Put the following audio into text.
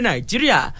Nigeria